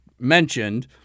mentioned